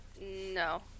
no